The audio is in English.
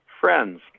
Friends